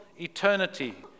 eternity